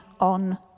on